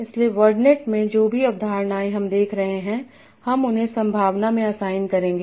इसलिए वर्डनेट में जो भी अवधारणाएं हम देख रहे हैं हम उन्हें संभावना में असाइन करेंगे